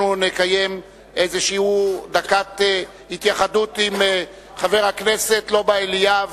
אנחנו נקיים איזו דקת התייחדות עם חבר הכנסת לובה אליאב,